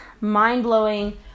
mind-blowing